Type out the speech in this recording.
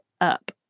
up